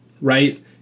right